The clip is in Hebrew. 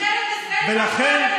ולכן,